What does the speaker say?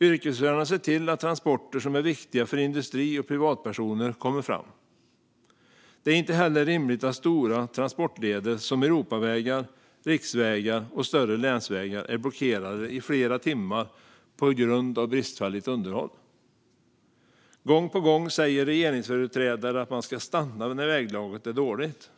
Yrkesförarna ser till att transporter som är viktiga för industri och privatpersoner kommer fram. Det är inte heller rimligt att stora transportleder som Europavägar, riksvägar och större länsvägar är blockerade i flera timmar på grund av bristfälligt underhåll. Gång på gång säger regeringsföreträdare att man ska stanna när väglaget är dåligt.